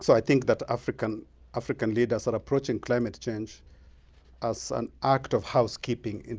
so i think that african african leaders are approaching climate change as an act of housekeeping, and